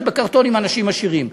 ובקרטונים אנשים עשירים.